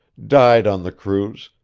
died on the cruise,